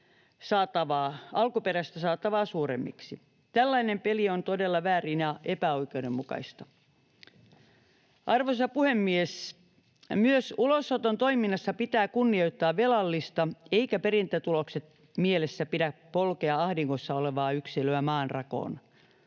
alkuperäistä saatavaa suuremmiksi. Tällainen peli on todella väärin ja epäoikeudenmukaista. Arvoisa puhemies! Myös ulosoton toiminnassa pitää kunnioittaa velallista, eikä perintätulokset mielessä pidä polkea ahdingossa olevaa yksilöä maanrakoon.